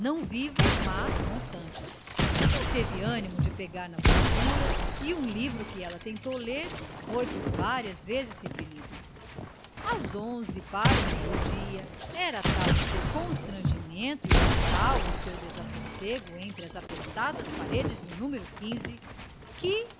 vivas mas constantes não teve animo de pegar na costura e um livro que ela tentou ler foi por várias vezes repelido as onze para o meio-dia era tal o seu constrangimento e era tal o seu desassossego entre as apertadas paredes do numero quis que